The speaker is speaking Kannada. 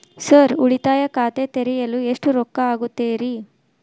ಸರ್ ಉಳಿತಾಯ ಖಾತೆ ತೆರೆಯಲು ಎಷ್ಟು ರೊಕ್ಕಾ ಆಗುತ್ತೇರಿ?